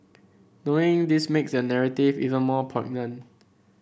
knowing this makes the narrative even more poignant